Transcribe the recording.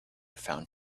found